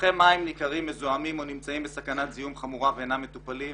נפחי מים ניכרים מזוהמים או נמצאים בסכנת זיהום חמורה ואינם מטופלים,